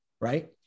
right